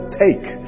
take